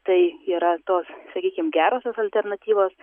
tai yra tos sakykim gerosios alternatyvos